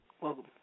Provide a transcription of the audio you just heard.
Welcome